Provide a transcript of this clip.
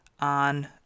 on